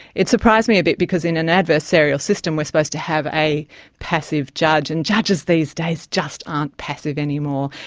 it surprised me a bit because in an adversarial system we are supposed to have a passive judge, and judges these days just aren't passive anymore,